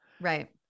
Right